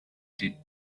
did